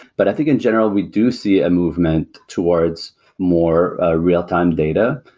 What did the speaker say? but i think in general, we do see a movement towards more ah real-time data.